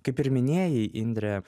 kaip ir minėjai indre